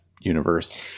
universe